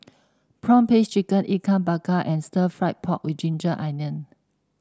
prawn paste chicken Ikan Bakar and stir fry pork with ginger onion